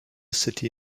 city